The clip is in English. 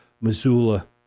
Missoula